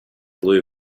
blue